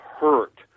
hurt